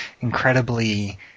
incredibly